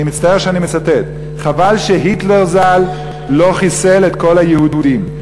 אני מצטער שאני מצטט: חבל שהיטלר ז"ל לא חיסל את כל היהודים.